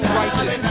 righteous